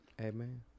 Amen